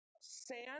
sand